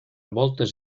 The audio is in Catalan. voltes